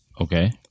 Okay